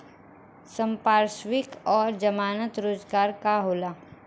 संपार्श्विक और जमानत रोजगार का होला?